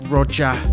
Roger